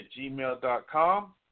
gmail.com